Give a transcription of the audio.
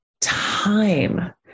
time